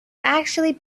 actually